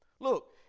look